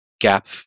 gap